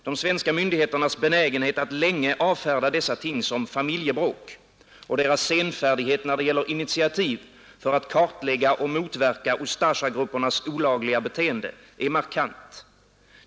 De svenska myndigheternas benägenhet att avfärda dessa ting som familjebråk och deras senfärdighet när det gäller initiativ för att kartlägga och motverka Ustasjagruppernas olagliga beteende är markant.